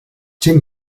gent